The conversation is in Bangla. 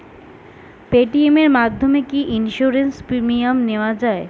পেটিএম এর মাধ্যমে কি ইন্সুরেন্স প্রিমিয়াম দেওয়া যায়?